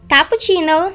Cappuccino